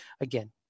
again